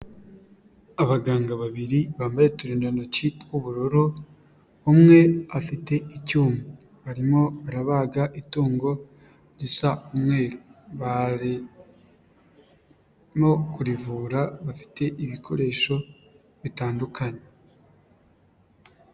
Abaganga babiri bambaye uturindantoki tw'ubururu, umwe afite icyuma arimo arabaga itungo risa umweru, bari no kurivura bafite ibikoresho bitandukanye.